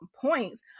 points